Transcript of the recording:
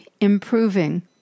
improving